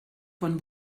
von